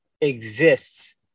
exists